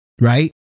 right